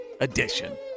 Edition